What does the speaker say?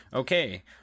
Okay